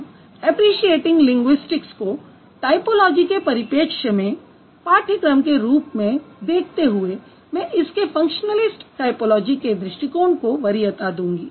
अब appreciating linguistics को typology के परिपेक्ष्य में पाठ्यक्रम के रूप में देखते हुए मैं इसके फंक्शनलिस्ट टायपोलॉजी के दृष्टिकोण को वरीयता दूँगी